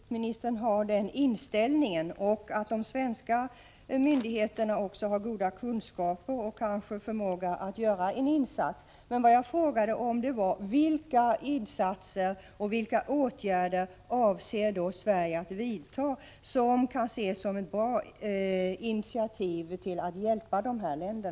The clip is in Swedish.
Herr talman! Det är bra att utrikesministern har denna inställning och att de svenska myndigheterna har goda kunskaper och kanske också förmåga att göra en insats. Men vad jag frågade var: Vad avser man från svensk sida att göra för insatser och vad avser man att vidta för åtgärder som kan ses som bra initiativ för att hjälpa dessa länder?